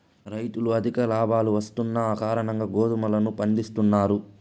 రైతులు అధిక లాభాలు వస్తున్న కారణంగా గోధుమలను పండిత్తున్నారు